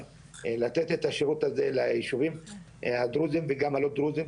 לתת את השירות הזה לישובים הדרוזים וגם הלא דרוזים,